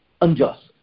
unjust